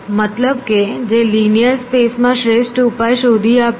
મતલબ કે જે લિનિયર સ્પેસ માં શ્રેષ્ઠ ઉપાય શોધી આપે